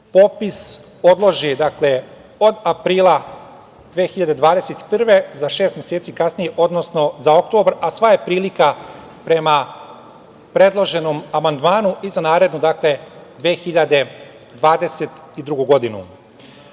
popis odloži od aprila 2021. godine za šest meseci kasnije, odnosno za oktobar, a sva je prilika prema predloženom amandmanu i za narednu 2022. godinu.U